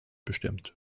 bestimmt